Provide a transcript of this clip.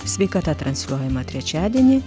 sveikata transliuojama trečiadienį